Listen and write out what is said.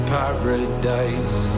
paradise